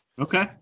Okay